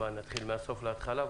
נתחיל מהסוף להתחלה?